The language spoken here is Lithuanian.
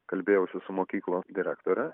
kalbėjausi su mokyklos direktore